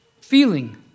Feeling